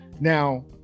Now